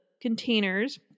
containers